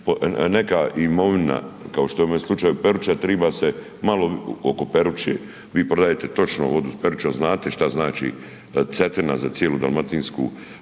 neka imovina kao što je u ovome slučaju Peruča triba se malo oko Peruče, vi prodajete točno vodu s Peruče, znate šta znači Cetina za cijelu dalmatinsku,